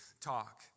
talk